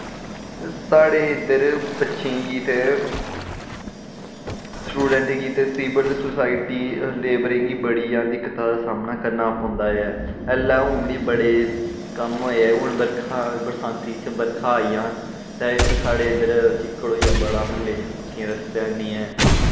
साढ़े इद्दर बच्चें गी ते स्टुडैंट गी ते सिवल सोसाइटी लेबरें गी बड़ियां दिक्कतां दा सामना करना पौंदा ऐ आह्लै हून ही बड़े कम्म होए ऐ हून बरखां बरसांती च बरखां आइयां ते इत्थैं साढ़े इद्दर चिक्कड़ होई गेआ बड़ा म्हल्ले च पक्की रस्ते हैनी ऐ